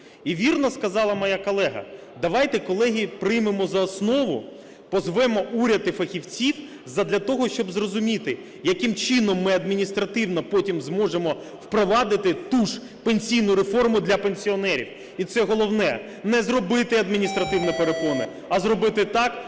І вірно сказала моя колега, давайте, колеги, приймемо за основу, позвемо уряд і фахівців задля того, щоб зрозуміти, яким чином ми адміністративно потім зможемо впровадити ту ж пенсійну реформу для пенсіонерів. І це головне. Не зробити адміністративні перепони, а зробити так,